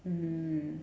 mmhmm